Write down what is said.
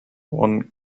one